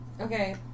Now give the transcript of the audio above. Okay